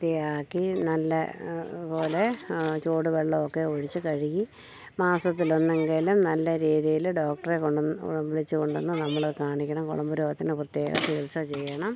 വൃത്തിയാക്കി നല്ലപോലെ ചൂടു വെള്ളം ഒക്കെ ഒഴിച്ചു കഴുകി മാസത്തിൽ ഒന്നെങ്കിലും നല്ല രീതിയിൽ ഡോക്ടറെ കൊണ്ട് വിളിച്ചു കൊണ്ടു വന്നു നമ്മൾ കാണിക്കണം കുളമ്പു രോഗത്തിന് പ്രത്യേക ചികിത്സ ചെയ്യണം